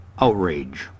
outrage